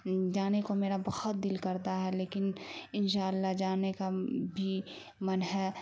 جانے کو میرا بہت دل کرتا ہے لیکن ان شاء اللہ جانے کا بھی من ہے